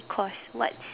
course what's